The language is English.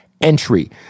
entry